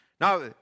Now